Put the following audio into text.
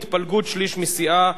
התפלגות שליש מסיעה),